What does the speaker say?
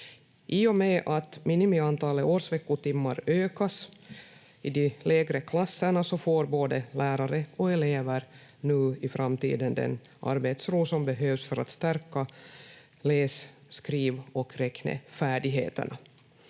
I och med att minimiantalet årsveckotimmar ökas i de lägre klasserna får både lärare och elever nu i framtiden den arbetsro som behövs för att stärka läs-, skriv- och räknefärdigheterna.